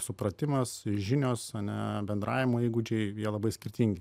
supratimas žinios ane bendravimo įgūdžiai labai skirtingi